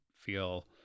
feel